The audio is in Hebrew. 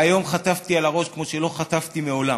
והיום חטפתי על הראש כמו שלא חטפתי מעולם,